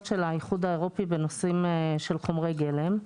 של האיחוד האירופי בנושאים של חומרי גלם,